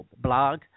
blog